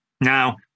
now